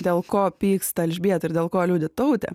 dėl ko pyksta elžbieta ir dėl ko liūdi tautė